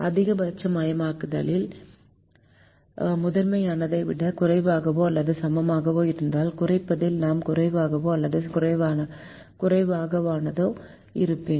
அதிகபட்சமயமாக்கலில் முதன்மையானதை விட குறைவாகவோ அல்லது சமமாகவோ இருந்தால் குறைப்பதில் நான் குறைவாகவோ அல்லது குறைவாகவோ இருப்பேன்